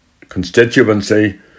constituency